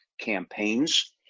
campaigns